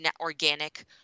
organic